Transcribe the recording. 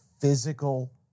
physical